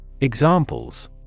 Examples